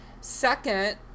Second